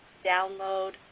download,